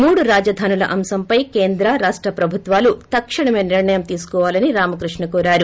మూడు రాజధానుల అంశంపై కేంద్ర రాష్ట ప్రభుత్వాలు తక్షణమే నిర్ణయం తీసుకోవాలని రామకృష్ణ కోరారు